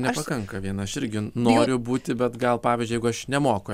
nepakanka vien aš irgi noriu būti bet gal pavyzdžiui jeigu aš nemoku